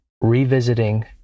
revisiting